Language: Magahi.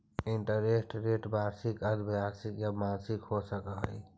इंटरेस्ट रेट वार्षिक, अर्द्धवार्षिक या मासिक हो सकऽ हई